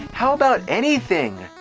how about anything!